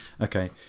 Okay